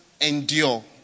endure